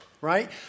right